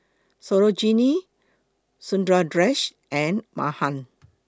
Sarojini Sundaresh and Mahan